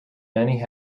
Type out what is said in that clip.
many